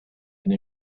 and